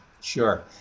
Sure